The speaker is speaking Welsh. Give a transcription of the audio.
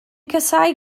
casáu